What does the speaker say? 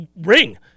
ring